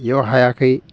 इयाव हायाखै